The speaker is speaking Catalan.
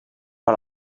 per